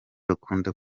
bakunda